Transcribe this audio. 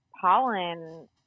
pollen